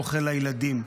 אוכל לילדים,